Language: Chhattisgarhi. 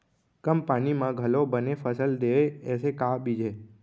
कम पानी मा घलव बने फसल देवय ऐसे का बीज हे?